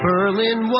Berlin